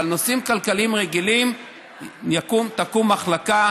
אבל לנושאים כלכליים רגילים תקום מחלקה